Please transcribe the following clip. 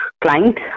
client